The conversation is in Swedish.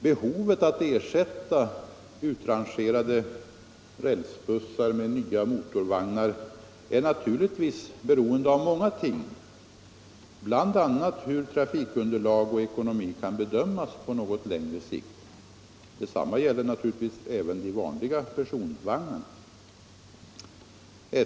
Behovet att ersätta utrangerade rälsbussar med nya motorvagnar är naturligtvis beroende av många faktorer, bl.a. hur trafikunderlag och ekonomi kan bedömas på något längre sikt. Detsamma gäller naturligtvis även de vanliga personvagnarna.